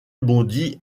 bondit